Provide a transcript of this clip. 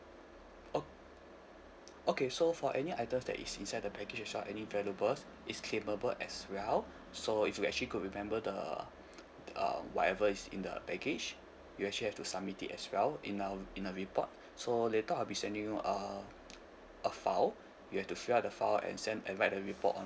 o~ okay so for any items that is inside the baggage as well any valuables it's claimable as well so if you actually could remember the um whatever is in the baggage you actually have to submit it as well in um in a report so later I'll be sending you uh a file you have to fill up the file and send and write a report on